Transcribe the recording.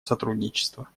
сотрудничества